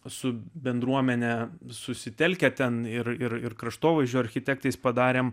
su bendruomene susitelkę ten ir ir ir kraštovaizdžio architektais padarėme